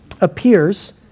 appears